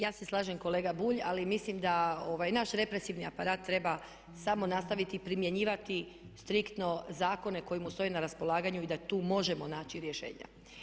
Ja se slažem kolega Bulj ali mislim da ovaj naš represivni aparat treba samo nastaviti primjenjivati striktno zakone koji mu stoje na raspolaganju i da tu možemo naći rješenja.